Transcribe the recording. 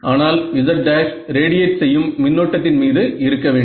ஆனால் z′ radiate செய்யும் மின்னோட்டத்தின் மீது இருக்க வேண்டும்